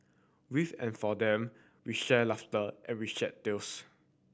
with and for them we shared laughter and we shed tears